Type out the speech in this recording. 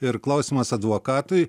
ir klausimas advokatui